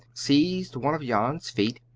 seized one of jan's feet,